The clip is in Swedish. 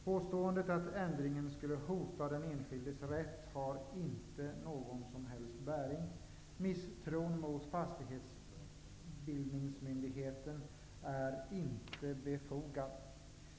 Påståendet att ändringen skulle hota den enskildes rätt har inte någon som helst bäring. Misstron mot fastighetsbildningsmyndigheten är inte befogad.